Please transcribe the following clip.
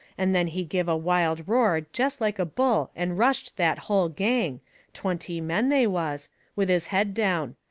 and then he give a wild roar jest like a bull and rushed that hull gang twenty men, they was with his head down.